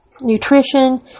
nutrition